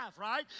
right